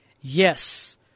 Yes